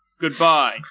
Goodbye